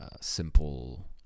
simple